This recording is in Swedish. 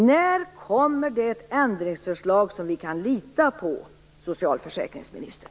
När kommer det ändringsförslag som vi kan lita på, socialförsäkringsministern?